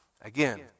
again